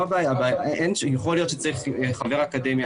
יכול להיות שצריך חבר אקדמיה,